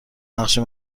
نقشه